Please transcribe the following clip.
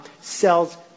sells